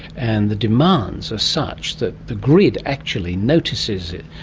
and the demands are such that the grid actually notices it,